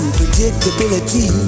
predictability